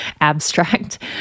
abstract